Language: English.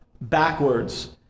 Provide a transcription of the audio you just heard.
backwards